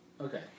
Okay